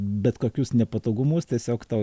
bet kokius nepatogumus tiesiog tau